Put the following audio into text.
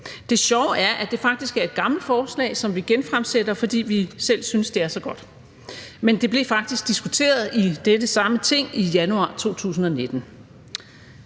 Det sjove er, at det faktisk er et gammelt forslag, som vi genfremsætter, fordi vi selv synes, at det er så godt. Men det blev faktisk diskuteret i dette samme Ting i januar 2019.